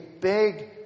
big